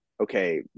okay